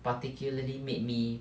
particularly made me